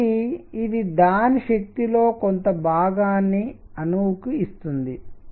కాబట్టి ఇది దాని శక్తిలో కొంత భాగాన్ని అణువు కి ఇస్తుంది